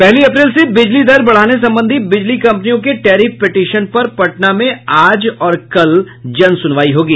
पहली अप्रैल से बिजली दर बढ़ाने संबंधी बिजली कंपनियों के टैरिफ पिटिशन पर पटना में आज और कल जन सुनवाई होगी